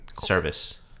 service